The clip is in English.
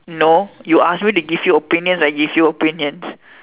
no you ask me to give you opinions I give you opinions